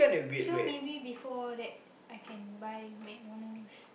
so maybe before that I can buy McDonald's